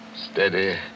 steady